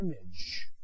image